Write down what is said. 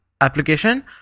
application